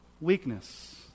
weakness